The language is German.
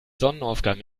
sonnenaufgang